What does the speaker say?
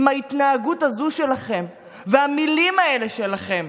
עם ההתנהגות הזו שלכם והמילים האלה שלכם,